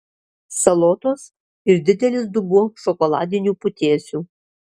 salotos ir didelis dubuo šokoladinių putėsių